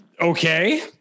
Okay